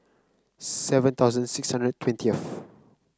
seven thousand six hundred twentieth